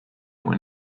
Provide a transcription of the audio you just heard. when